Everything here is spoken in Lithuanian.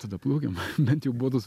tada plaukiam bent jau botus